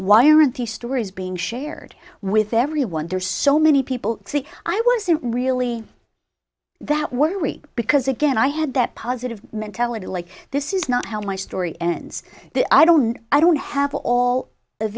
why aren't these stories being shared with everyone there's so many people see i wasn't really that worried because again i had that positive mentality like this is not how my story ends the i don't i don't have all